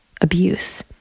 abuse